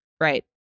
right